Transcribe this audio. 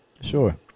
Sure